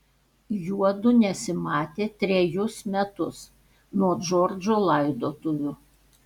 juodu nesimatė trejus metus nuo džordžo laidotuvių